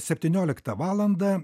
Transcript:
septynioliktą valandą